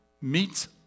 meets